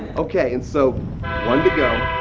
okay, and so one to go.